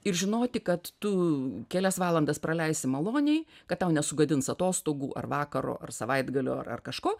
ir žinoti kad tu kelias valandas praleisi maloniai kad tau nesugadins atostogų ar vakaro ar savaitgalio ar kažko